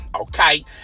okay